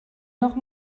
noch